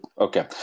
Okay